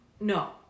no